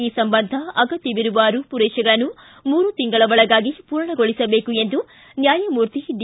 ಈ ಸಂಬಂಧ ಅಗತ್ವವಿರುವ ರೂಪುರೇಷೆಗಳನ್ನು ಮೂರು ತಿಂಗಳ ಒಳಗಾಗಿ ಪೂರ್ಣಗೊಳಿಸಬೇಕು ಎಂದು ನ್ಯಾಯಮೂರ್ತಿ ಡಿ